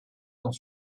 dans